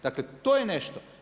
Dakle, to je nešto.